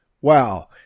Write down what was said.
wow